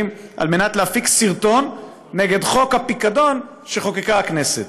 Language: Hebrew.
כדי להפיק סרטון נגד חוק הפיקדון שחוקקה הכנסת.